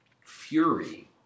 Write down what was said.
Fury